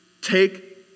take